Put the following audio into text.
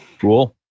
Cool